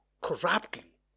corruptly